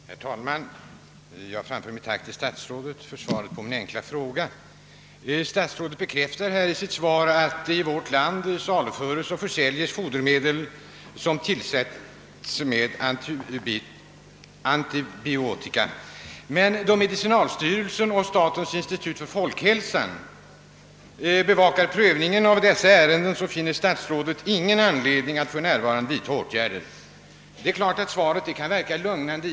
Herr talman! Jag ber att få framföra mitt tack till statsrådet för svaret på min fråga. Statsrådet bekräftar att i vårt land saluföres och försäljes fodermedel som tillsatts antibiotika. Men då medicinalstyrelsen och statens institut för folkhälsan bevakar riskerna vid prövningen av dessa ärenden finner statsrådet ingen anledning att för närvarande vidtaga några åtgärder. Svaret i och för sig kan verka lugnande.